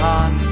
on